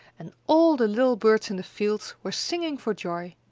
and all the little birds in the fields were singing for joy.